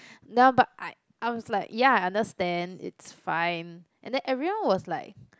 no but I I was like ya I understand it's fine and then everyone was like